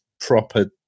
proper